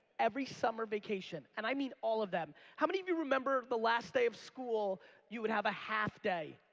every summer vacation and i mean all of them. how many of you remember the last day of school you would have a half day?